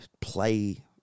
play